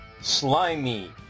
slimy